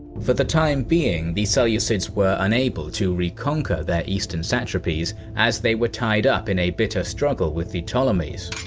for the time being, the seleucids were unable to reconquer their eastern satrapies, as they were tied up in a bitter struggle with the ptolemies.